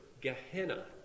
Gehenna